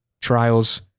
trials